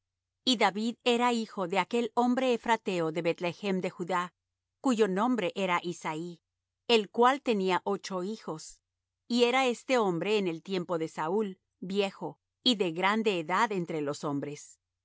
y david era hijo de aquel hombre ephrateo de beth-lehem de judá cuyo nombre era isaí el cual tenía ocho hijos y era este hombre en el tiempo de saúl viejo y de grande edad entre los hombres